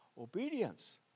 Obedience